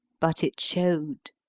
but it showed,